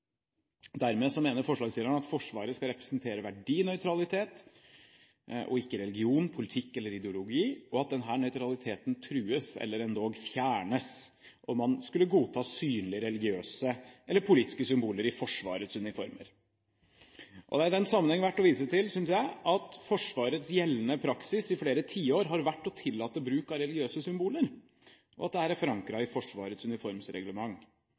Dermed mener forslagstilleren at Forsvaret skal representere verdinøytralitet og ikke religion, politikk eller ideologi, og at denne nøytraliteten trues eller endog fjernes om man skulle godta synlige religiøse eller politiske symboler i Forsvarets uniformer. Det er i den sammenheng verdt å vise til, synes jeg, at Forsvarets gjeldende praksis i flere tiår har vært å tillate bruk av religiøse symboler, og at det er forankret i Forsvarets uniformsreglement.